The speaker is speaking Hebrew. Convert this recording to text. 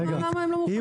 אז למה הם לא מוכנים?